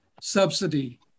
subsidy